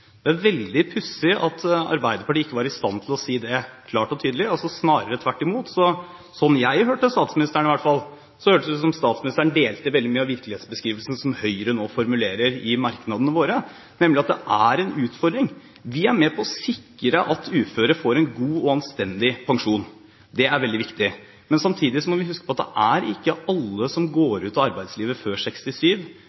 si det klart og tydelig. Snarere tvert imot: Slik i hvert fall jeg hørte statsministeren, hørtes det ut som om statsministeren delte veldig mye av virkelighetsbeskrivelsen som Høyre nå formulerer i merknadene side, nemlig at det er en utfordring. Vi er med på å sikre at uføre får en god og anstendig pensjon. Det er veldig viktig. Samtidig må vi huske på at det er ikke alle som